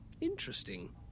interesting